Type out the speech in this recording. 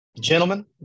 Gentlemen